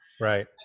Right